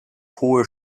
hohe